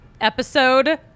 episode